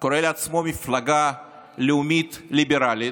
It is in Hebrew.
קוראת לעצמה מפלגה לאומית ליברלית,